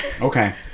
Okay